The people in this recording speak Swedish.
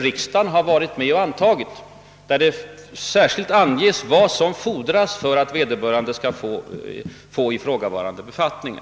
Riksdagen har varit med om att föreskriva, att vissa villkor skall vara uppfyllda av den som skall få befattningar på dessa områden.